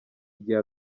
igihe